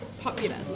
popular